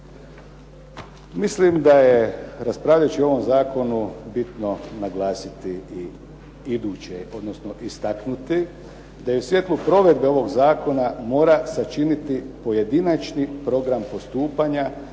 Mislim da je raspravljajući o ovom zakonu bitno naglasiti i iduće, odnosno istaknuti da je u svijetlu provedbe ovog zakona mora sačiniti pojedinačni program postupanja,